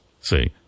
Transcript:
see